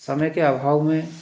समय के अभाव में